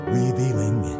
revealing